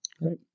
Right